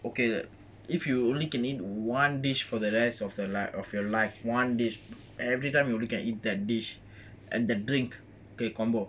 okay if you only can eat one dish for the rest of your life of your life one dish every time you look at it that dish and that drink the combo